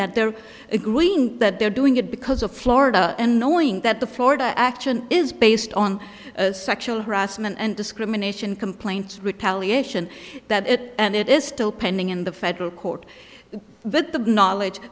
that they're agreeing that they're doing it because of florida and knowing that the florida action is based on sexual harassment and discrimination complaints retaliation that it and it is still pending in the federal court but the knowledge